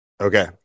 Okay